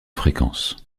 fréquence